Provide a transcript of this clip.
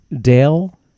Dale